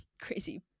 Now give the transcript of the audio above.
crazy